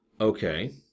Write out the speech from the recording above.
Okay